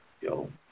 Yo